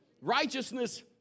righteousness